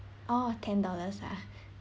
oh ten dollars ah